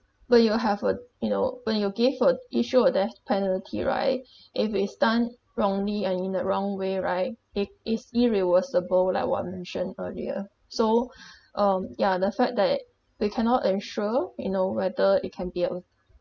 then you will have a you know when you give uh issue a death penalty right if it's done wrongly I mean the wrong way right it is irreversible like what I mentioned earlier so um yeah the fact that they cannot ensure you know whether it can be applied